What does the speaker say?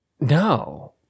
No